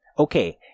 Okay